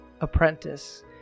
apprentice